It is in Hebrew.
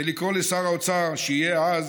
ולקרוא לשר האוצר שיהיה אז,